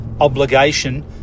obligation